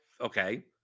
okay